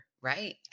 right